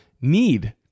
need